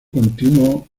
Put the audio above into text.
continuo